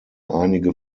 einige